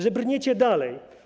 Że brniecie dalej.